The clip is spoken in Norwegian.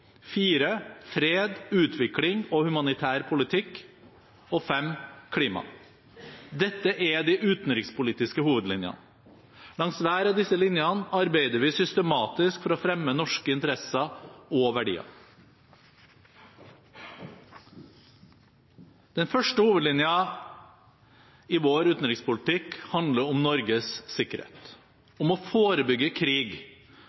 fred, utvikling og humanitær politikk klima Dette er de utenrikspolitiske hovedlinjene. Langs hver av disse linjene arbeider vi systematisk for å fremme norske interesser og verdier. Den første hovedlinjen i vår utenrikspolitikk handler om Norges sikkerhet, om å forebygge krig